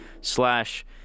slash